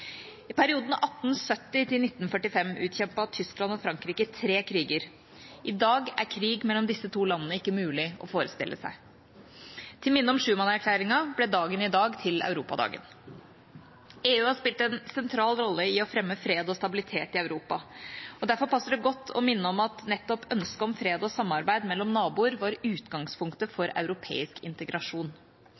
I perioden 1870-1945 utkjempet Tyskland og Frankrike tre kriger. I dag er krig mellom disse to landene ikke mulig å forestille seg. Til minne om Schuman-erklæringen ble dagen i dag til Europadagen. EU har spilt en sentral rolle i å fremme fred og stabilitet i Europa. Derfor passer det godt å minne om at nettopp ønsket om fred og samarbeid mellom naboer var utgangspunktet for europeisk integrasjon.